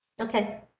Okay